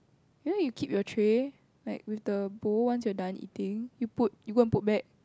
you know like you keep your tray like with the bowl once you're done eating you put you go and put back